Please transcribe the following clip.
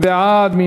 מי בעד?